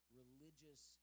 religious